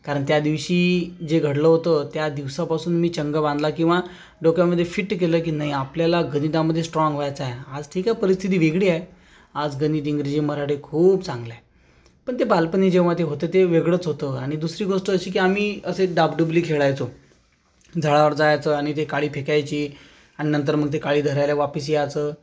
कारण त्या दिवशी जे घडलं होतं त्या दिवसापासून मी चंग बांधला किंवा डोक्यामध्ये फिट्ट केलं की नाही आपल्याला गणितामध्ये स्ट्राँग व्हायचं आहे आज ठीक आहे परिस्थिती वेगळी आहे आज गणित इंग्रजी मराठी खूप चांगलं आहे पण ते बालपणी जेव्हा ते होतं ते वेगळंच होतं आणि दुसरी गोष्ट अशी की आम्ही असे डाब डुबली खेळायचो झाडावर जायचं आणि जे काळी फेकायची आणि नंतर मग ती काळी धरायला वापस यायचं